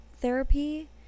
therapy